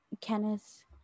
Kenneth